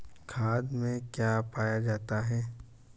खाद में क्या पाया जाता है?